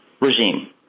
regime